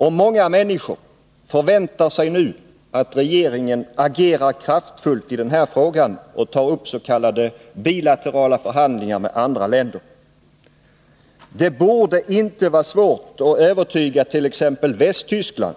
Och många människor förväntar sig nu att regeringen agerar kraftfullt i den här frågan och tar upp s.k. bilaterala förhandlingar med andra länder. Det borde inte vara svårt att övertyga t.ex. Västtyskland